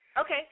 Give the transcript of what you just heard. Okay